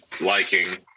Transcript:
liking